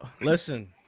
Listen